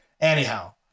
Anyhow